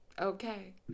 Okay